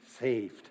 saved